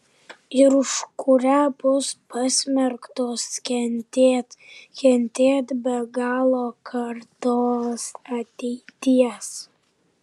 ir už kurią bus pasmerktos kentėt kentėt be galo kartos ateities